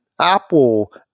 Apple